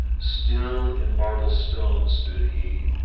still in marble stone stood he,